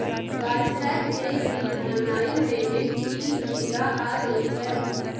WhatsApp में भी online payment की सुविधा आ गई है